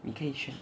你可以去